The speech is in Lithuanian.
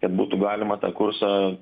kad būtų galima tą kursą